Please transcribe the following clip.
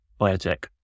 biotech